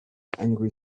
angry